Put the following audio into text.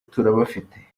turabafite